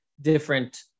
different